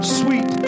sweet